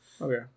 Okay